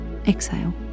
Exhale